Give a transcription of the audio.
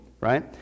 right